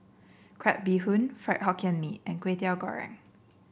Crab Bee Hoon Fried Hokkien Mee and Kwetiau Goreng